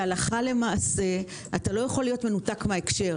הלכה למעשה, אתה לא יכול להיות מנותק מההקשר.